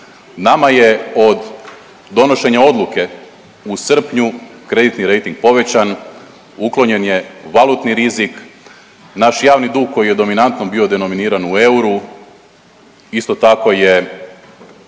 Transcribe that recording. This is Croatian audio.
Nama je od donošenja odluke u srpnju kreditni rejting povećan, uklonjen je valutni rizik. Naš javni dug koji je dominantno bio denominiran u euru isto tako je